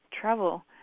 travel